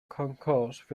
concourse